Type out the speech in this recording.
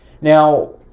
Now